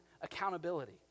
accountability